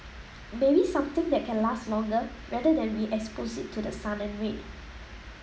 maybe something that can last longer rather than we expose it to the sun and rain